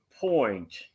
point